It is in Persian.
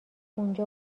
اونجا